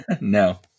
No